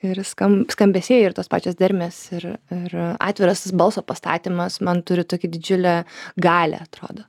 ir skam skambesiai ir tos pačios dermės ir ir atviras tas balso pastatymas man turi tokį didžiulę galią atrodo